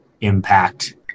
impact